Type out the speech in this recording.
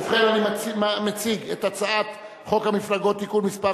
ובכן, אני מציג את הצעת חוק המפלגות (תיקון מס'